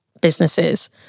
businesses